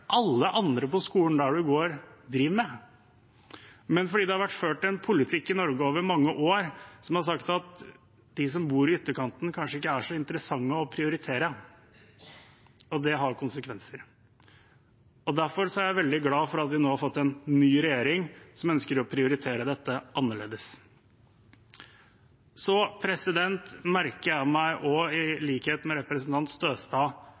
alle andre på skolen der de går, driver med. Det har over mange år vært ført en politikk i Norge der det har vært slik at de som bor i ytterkanten, kanskje ikke er så interessante å prioritere, og det har konsekvenser. Derfor er jeg veldig glad for at vi nå har fått en ny regjering som ønsker å prioritere dette annerledes. Så merker jeg meg også, i likhet med representanten Støstad,